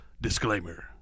disclaimer